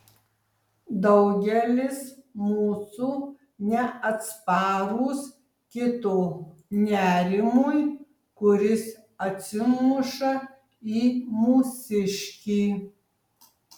daugelis mūsų neatsparūs kito nerimui kuris atsimuša į mūsiškį